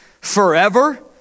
forever